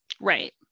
right